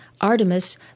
Artemis